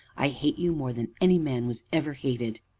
i hate you more than any man was ever hated!